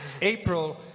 April